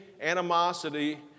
animosity